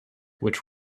which